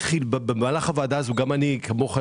במהלך הוועדה גם אני כמוך,